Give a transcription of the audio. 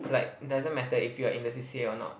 like doesn't matter if you are in the C_C_A or not